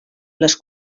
les